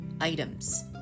items